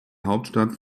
hauptstadt